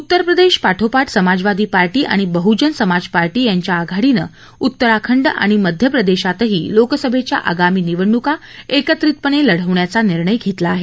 उत्तरप्रदेशापाठोपाठ Samajwadi party आणि बहुजन समाजपार्टी यांच्या आघाडीनं उत्तराखंड आणि मध्यप्रदेशातही लोकसभेच्या आगामी निवडणूका एकत्रिपणे लढवण्याचा निर्णय घेतला आहे